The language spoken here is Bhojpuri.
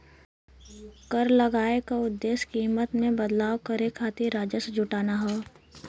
कर लगाये क उद्देश्य कीमत में बदलाव करे खातिर राजस्व जुटाना हौ